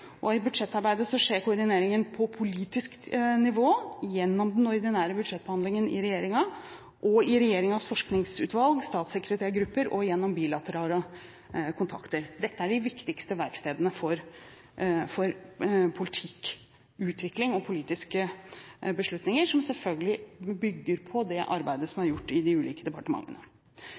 I budsjettarbeidet skjer koordineringen på politisk nivå gjennom den ordinære budsjettbehandlingen i regjeringen, i regjeringens forskningsutvalg, statssekretærgrupper og gjennom bilaterale kontakter. Dette er de viktigste verkstedene for politikkutvikling og politiske beslutninger, som selvfølgelig bygger på det arbeidet som er gjort i de ulike departementene.